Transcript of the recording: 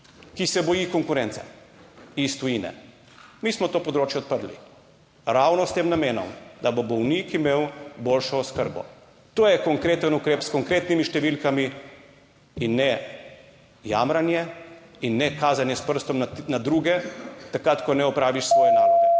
ki se boji konkurence iz tujine. Mi smo to področje odprli ravno s tem namenom, da bo bolnik imel boljšo oskrbo. To je konkreten ukrep, s konkretnimi številkami in ne jamranje in ne kazanje s prstom na druge, takrat, ko ne opraviš svoje naloge.